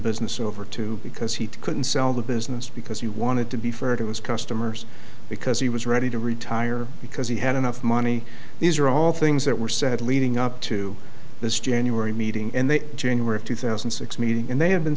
business over to because he couldn't sell the business because he wanted to be furtive his customers because he was ready to retire because he had enough money these are all things that were said leading up to this january meeting and they were of two thousand and six meeting and they have been